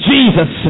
Jesus